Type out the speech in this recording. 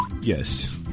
Yes